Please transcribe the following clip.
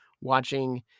watching